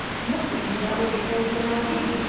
nothing to that which it created in aberdeen.